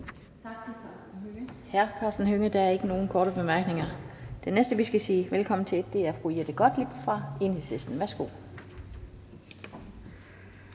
Tak til hr. Karsten Hønge. Der er ikke nogen korte bemærkninger. Den næste, vi skal sige velkommen til, er fru Jette Gottlieb fra Enhedslisten. Værsgo.